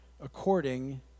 according